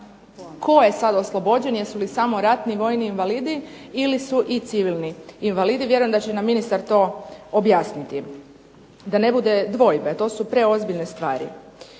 tko je sad oslobođen. Jesu li samo ratni vojni invalidi ili su i civilni invalidi, vjerujem da će nam ministar to objasniti da ne bude dvojbe. To su preozbiljne stvari.